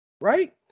right